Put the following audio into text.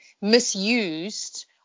misused